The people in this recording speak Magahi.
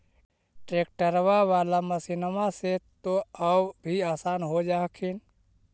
ट्रैक्टरबा बाला मसिन्मा से तो औ भी आसन हो जा हखिन?